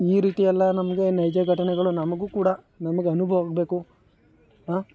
ಈ ರೀತಿಯೆಲ್ಲ ನಮಗೆ ನೈಜ ಘಟನೆಗಳು ನಮಗೂ ಕೂಡ ನಮ್ಗೆ ಅನುಭವ ಆಗಬೇಕು ಹಾಂ